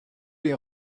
les